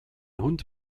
hund